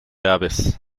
aves